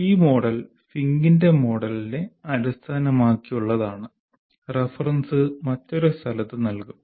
ഈ മോഡൽ ഫിങ്കിന്റെ മോഡലിനെ Fink's model അടിസ്ഥാനമാക്കിയുള്ളതാണ് റഫറൻസ് മറ്റൊരു സ്ഥലത്ത് നൽകും